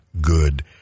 good